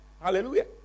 Hallelujah